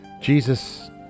jesus